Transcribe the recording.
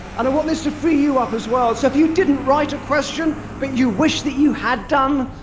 and i want this to free you up as well, so if you didn't write a question but you wish that you had done,